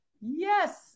Yes